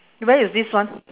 where is this one